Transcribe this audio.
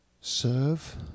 serve